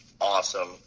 awesome